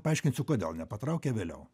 paaiškinsiu kodėl nepatraukia vėliau